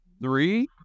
Three